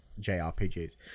JRPGs